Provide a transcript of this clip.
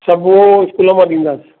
सभु हूअ स्कूल मां ॾींदासीं